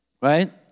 right